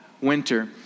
winter